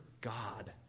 God